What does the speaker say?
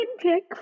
pick